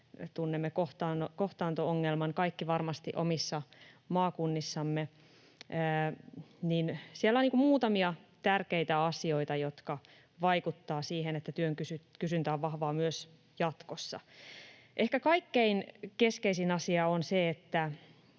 tunnemme kohtaanto-ongelman omassa maakunnassamme — niin siellä on muutamia tärkeitä asioita, jotka vaikuttavat siihen, että työn kysyntä on vahvaa myös jatkossa. Ehkä kaikkein keskeisin asia on se, että